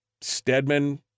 Stedman